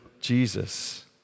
Jesus